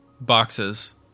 boxes